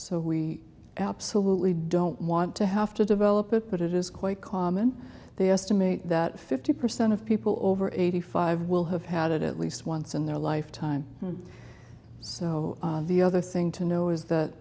so we absolutely don't want to have to develop it but it is quite common they estimate that fifty percent of people over eighty five will have had it at least once in their lifetime so the other thing to know is that